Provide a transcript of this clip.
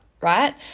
right